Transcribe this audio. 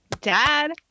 dad